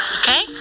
Okay